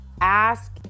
Ask